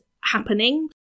happening